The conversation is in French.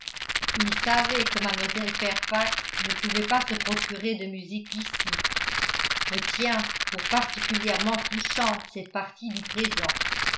il savait que mlle fairfax ne pouvait pas se procurer de musique ici je tiens pour particulièrement touchante cette partie du présent